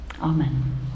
Amen